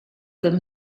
them